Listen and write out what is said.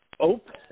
open